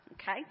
Okay